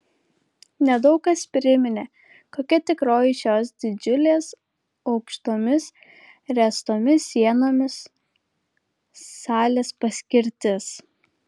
nedaug kas priminė kokia tikroji šios didžiulės aukštomis ręstomis sienomis salės paskirtis